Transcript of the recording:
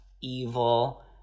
evil